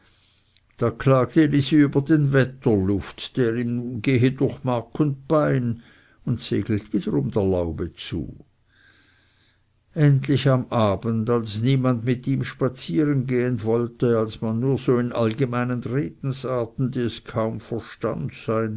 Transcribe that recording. da klagt elisi über den wetterluft der ihm gehe durch mark und bein und segelt wiederum der laube zu endlich am abend als niemand mit ihm spazieren gehen wollte als man nur so in allgemeinen redensarten die es kaum verstund